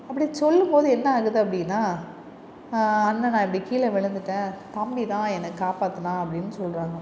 அப்படி சொல்லும் போது என்ன ஆகுது அப்படினா அண்ணன் நான் இப்படி கீழே விழுந்துவிட்டேன் தம்பி தான் என்ன காப்பாற்றுனான் அப்படினு சொல்லுறாங்க